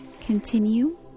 Continue